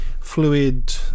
fluid